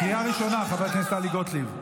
קריאה ראשונה, חברת הכנסת טלי גוטליב.